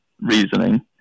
reasoning